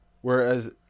Whereas